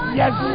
yes